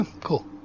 Cool